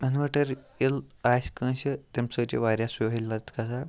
inverter ییٚلہِ آسہِ کٲنٛسہِ تَمہِ سۭتۍ چھِ واریاہ سہوٗلیت گژھان